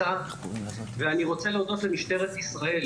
אני רוצה להודות למשטרת ישראל,